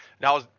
Now